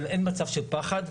אין מצב של פחד.